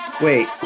Wait